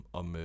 om